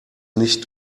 nicht